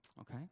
okay